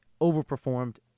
overperformed